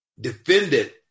Defended